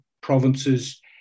provinces